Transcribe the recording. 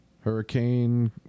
Hurricane